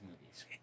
movies